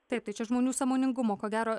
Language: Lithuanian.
taip tai čia žmonių sąmoningumo ko gero